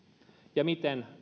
ja sen miten